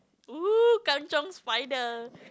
oo kanchiong spider